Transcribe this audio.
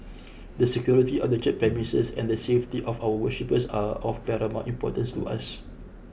the security of the church premises and the safety of our worshippers are of paramount importance to us